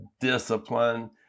discipline